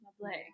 Lovely